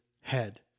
head